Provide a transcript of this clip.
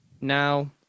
now